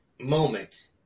moment